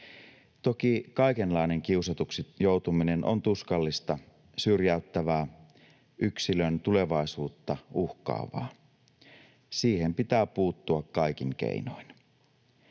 Toki kaikenlainen kiusatuksi joutuminen on tuskallista, syrjäyttävää, yksilön tulevaisuutta uhkaavaa. Siihen pitää puuttua kaikin keinoin.